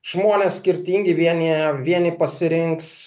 žmonės skirtingi vieni jie vieni pasirinks